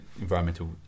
environmental